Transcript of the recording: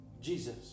jesus